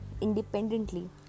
independently